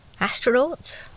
astronaut